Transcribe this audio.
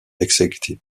executive